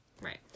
right